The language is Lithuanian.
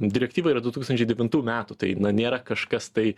direktyva yra du tūkstančiai devintų tai nėra kažkas tai